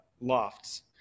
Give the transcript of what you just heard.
lofts